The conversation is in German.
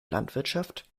landwirtschaft